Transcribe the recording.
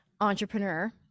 entrepreneur